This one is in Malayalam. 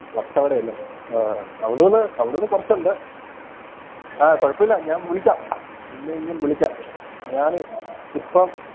വട്ടവടയല്ലെ ആ അവിടെനിന്ന് അവിടെനിന്ന് കുറച്ചുണ്ട് ആ കുഴപ്പമില്ല ഞാൻ വിളിക്കാം നിന്നെ ഇന്ന് വിളിക്കാം ഞാന് ഇപ്പം